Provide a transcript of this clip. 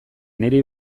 niri